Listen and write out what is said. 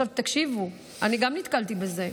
תקשיבו, גם אני נתקלתי בזה.